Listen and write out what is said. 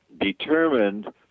determined